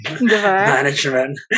management